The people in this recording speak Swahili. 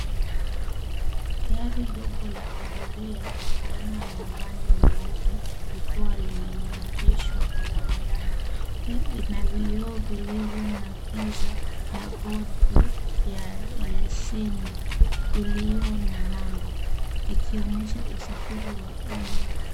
Gari ndogo la abiria aina ya vani nyeupe likiwa limengarishwa barabarani hii ina vioo ilivyo na giza na bodi ya leseni iliyo na namba ikionyesha usafiri wa umma.